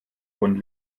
von